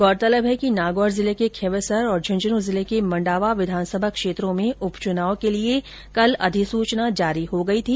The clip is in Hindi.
गौरतलब है कि नागौर जिले के खींवसर और झूंझनूं जिले के मंडावा विधानसभा क्षेत्र में उपचुनाव के लिये कल अधिसूचना जारी हो गई थी